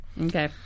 okay